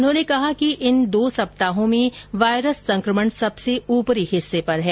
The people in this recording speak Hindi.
उन्होंने कहा कि इन दो सप्ताहों में वायरस संक्रमण सबसे ऊपरी हिस्से पर है